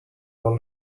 all